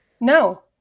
no